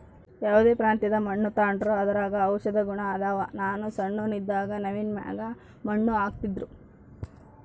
ಯಾವ್ದೇ ಪ್ರಾಂತ್ಯದ ಮಣ್ಣು ತಾಂಡ್ರೂ ಅದರಾಗ ಔಷದ ಗುಣ ಅದಾವ, ನಾನು ಸಣ್ಣೋನ್ ಇದ್ದಾಗ ನವ್ವಿನ ಮ್ಯಾಗ ಮಣ್ಣು ಹಾಕ್ತಿದ್ರು